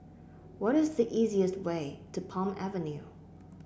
what is the easiest way to Palm Avenue